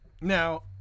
Now